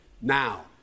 Now